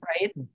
right